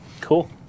Cool